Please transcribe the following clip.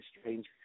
Strange